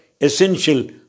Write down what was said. essential